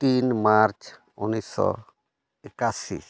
ᱛᱤᱱ ᱢᱟᱨᱪ ᱩᱱᱤᱥᱥᱚ ᱮᱠᱟᱥᱤ